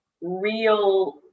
real